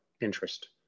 interest